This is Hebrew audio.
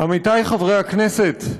עמיתי חברי הכנסת,